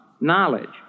knowledge